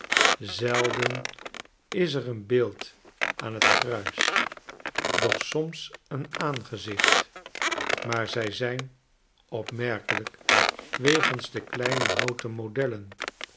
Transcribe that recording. zelden is er een beeld aan het kruis doch soms een aangezicht maar zij zijn opmerkelijk wegens de kleine houten modellen